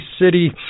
City